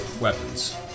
weapons